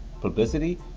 publicity